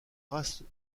races